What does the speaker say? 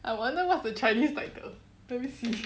I wonder what's the chinese like the let me see